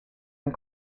and